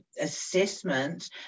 assessment